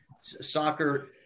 soccer